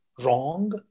wrong